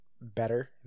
better